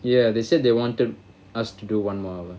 ya they said they wanted us to do one more hour